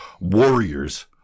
Warriors